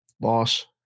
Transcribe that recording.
Boss